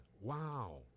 Wow